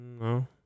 No